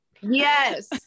yes